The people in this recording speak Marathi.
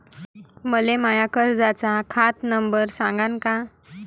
मले माया कर्जाचा खात नंबर सांगान का?